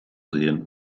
sehen